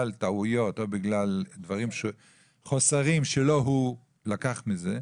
טעויות או בגלל חוסרים שלא הוא לקח מזה,